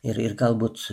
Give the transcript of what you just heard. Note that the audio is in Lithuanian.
ir ir galbūt